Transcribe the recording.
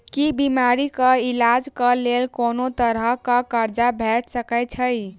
की बीमारी कऽ इलाज कऽ लेल कोनो तरह कऽ कर्जा भेट सकय छई?